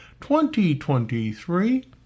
2023